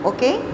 Okay